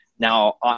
Now